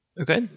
Okay